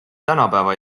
tänapäeva